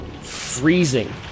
freezing